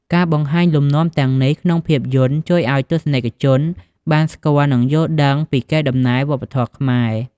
ការបង្ហាញលំនាំទាំងនេះក្នុងភាពយន្ត ជួយឱ្យទស្សនិកជនបានស្គាល់ និងយល់ដឹងពីកេរដំណែលវប្បធម៌ខ្មែរ។